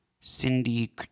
Cindy